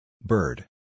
Bird